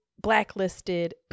blacklisted